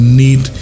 need